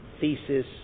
thesis